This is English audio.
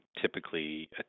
typically